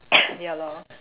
ya lor